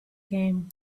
came